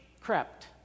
crept